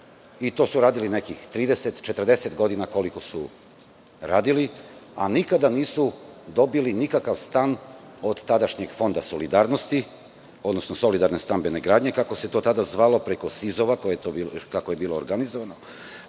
i to su radili nekih 30, 40 godina koliko su radili, a nikada nisu dobili nikakav stan od tadašnjeg Fonda solidarnosti, odnosno solidarne stambene gradnje kako se to tada zvalo, preko SIZ-ova kako je bilo organizovano